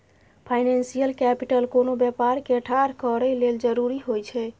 financial capital कोनो व्यापार के ठाढ़ करए लेल जरूरी होइ छइ